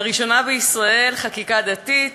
לראשונה בישראל, חקיקה דתית